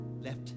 left